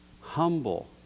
humble